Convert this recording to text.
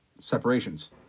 separations